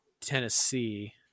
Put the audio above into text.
Tennessee